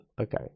Okay